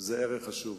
ערך חשוב.